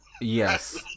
Yes